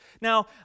now